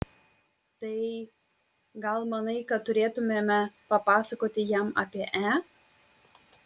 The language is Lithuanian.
tai gal manai kad turėtumėme papasakoti jam apie e